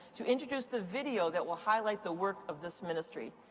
to introduce the video that will highlight the work of this ministry.